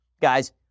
Guys